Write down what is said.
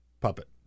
puppet